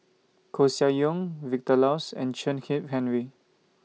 Koeh Sia Yong Vilma Laus and Chen Kezhan Henri